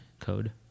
code